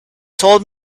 told